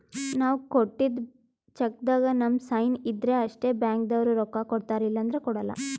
ನಾವ್ ಕೊಟ್ಟಿದ್ದ್ ಚೆಕ್ಕ್ದಾಗ್ ನಮ್ ಸೈನ್ ಇದ್ರ್ ಅಷ್ಟೇ ಬ್ಯಾಂಕ್ದವ್ರು ರೊಕ್ಕಾ ಕೊಡ್ತಾರ ಇಲ್ಲಂದ್ರ ಕೊಡಲ್ಲ